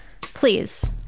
please